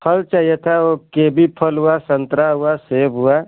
फल चहिए था वो कोई भी फल हुआ संतरा हुआ सेब हुआ